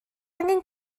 angen